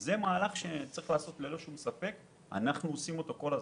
זה מהלך שאנחנו מבצעים כל הזמן.